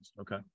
Okay